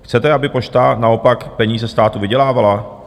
Chcete, aby Pošta naopak peníze státu vydělávala?